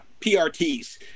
prts